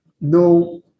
No